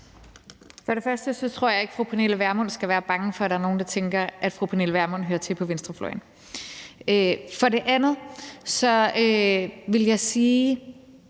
For det første tror jeg ikke, fru Pernille Vermund skal være bange for, at der er nogle, der tænker, at fru Pernille Vermund hører til på venstrefløjen. For det andet vil jeg sige,